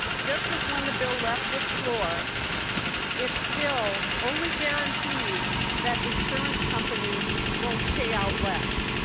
just as when the bill left this floor it still only guarantees that insurance companies will pay out less.